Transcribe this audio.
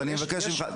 אז אני מבקש ממך,